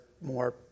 more